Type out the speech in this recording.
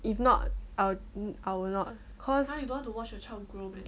if not I'll I will not cause